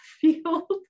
field